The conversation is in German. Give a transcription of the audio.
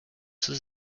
zur